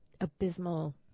abysmal